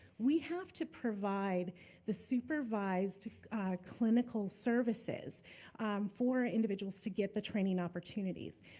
we have to provide the supervised clinical services for individuals to get the training opportunities.